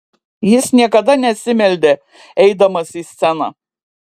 jis niekada nesimeldė eidamas į sceną